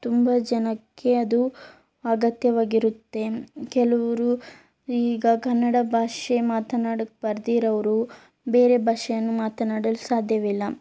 ತುಂಬ ಜನಕ್ಕೆ ಅದು ಅಗತ್ಯವಾಗಿರುತ್ತೆ ಕೆಲವರು ಈಗ ಕನ್ನಡ ಭಾಷೆ ಮಾತನಾಡೋಕ್ ಬರ್ದಿರೋವ್ರು ಬೇರೆ ಭಾಷೆಯನ್ನು ಮಾತನಾಡಲು ಸಾಧ್ಯವಿಲ್ಲ